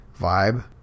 vibe